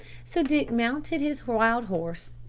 so dick mounted his wild horse,